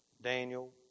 Daniel